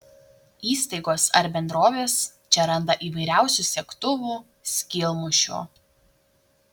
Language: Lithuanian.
įstaigos ar bendrovės čia randa įvairiausių segtuvų skylmušių